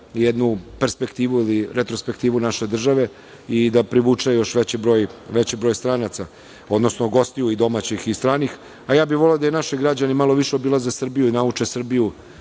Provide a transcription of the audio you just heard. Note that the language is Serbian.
jednu perspektivu ili retrospektivu naše države i da privuče još veći broj stranaca, odnosno gostiju i domaćih i stranih. Voleo bih da i naši građani malo više obilaze Srbiju i nauče Srbiju.